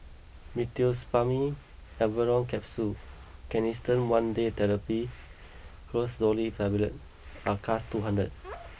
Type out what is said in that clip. Meteospasmyl Alverine Capsules Canesten one Day Therapy Clotrimazole Tablet and Acardust two hundred